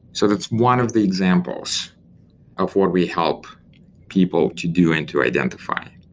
so that's one of the examples of what we help people to do and to identify.